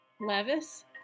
Levis